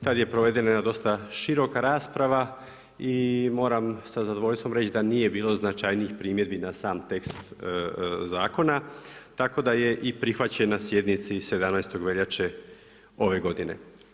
Tad je provedena jedna dosta široka rasprava i moram sa zadovoljstvom reći da nije bilo značajnijih primjedbi na sam tekst zakona, tako da je i prihvaćena na sjednici 17. veljače ove godine.